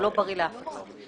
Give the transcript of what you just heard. הוא לא בריא לאף אחד.